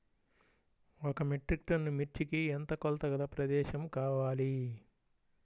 ఒక metric ton మిర్చికి ఎంత కొలతగల ప్రదేశము కావాలీ?